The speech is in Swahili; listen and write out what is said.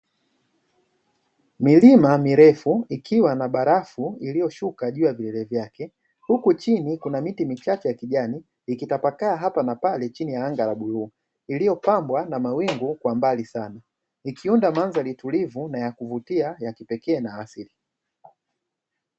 Milima mirefu ikiwa na barafu iliyoshuka juu ya vilele vyake, huku chini kuna miti michache ya kijani ikitapakaa hapa na pale, chini ya anga la bluu iliyopambwa na mawingu kwa mbali sana ikiunda mandhari tulivu na ya kuvutia ya kipekee na asili.